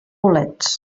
bolets